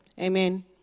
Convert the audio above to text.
Amen